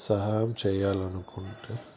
సహాయం చేయాలి అనుకుంటే